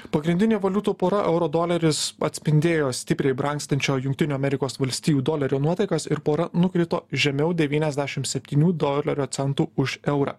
pagrindinė valiutų pora euro doleris atspindėjo stipriai brangstančio jungtinių amerikos valstijų dolerio nuotaikas ir pora nukrito žemiau devyniasdešim septynių dolerio centų už eurą